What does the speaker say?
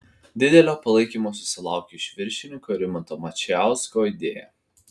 didelio palaikymo susilaukė iš viršininko rimanto mačijausko idėja